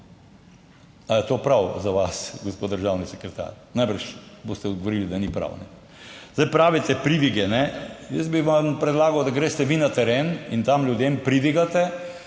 Ali je to prav za vas, gospod državni sekretar? Najbrž boste odgovorili, da ni prav. Zdaj pravite, pridige. Jaz bi vam predlagal, da greste vi na teren in tam ljudem pridigate,